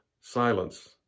Silence